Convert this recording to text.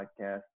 podcast